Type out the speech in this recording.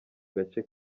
gace